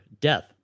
death